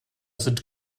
sind